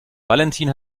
valentin